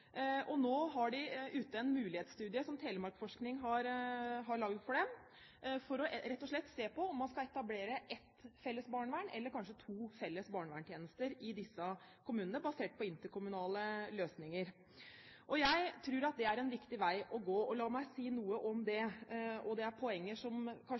og nå har de ute en mulighetsstudie som Telemarksforskning har laget for dem, rett og slett for å se på om man skal etablere et felles barnevern, eller kanskje to felles barnevernstjenester, i disse kommunene, basert på interkommunale løsninger. Jeg tror at det er en riktig vei å gå. La meg si noe om det, og det er poenger som kanskje